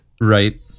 right